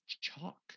chalk